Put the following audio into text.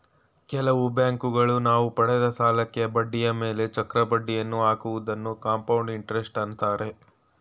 ಕೆಲವು ಬ್ಯಾಂಕುಗಳು ನಾವು ಪಡೆದ ಸಾಲಕ್ಕೆ ಬಡ್ಡಿಯ ಮೇಲೆ ಚಕ್ರ ಬಡ್ಡಿಯನ್ನು ಹಾಕುವುದನ್ನು ಕಂಪೌಂಡ್ ಇಂಟರೆಸ್ಟ್ ಅಂತಾರೆ